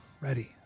ready